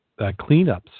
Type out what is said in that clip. cleanups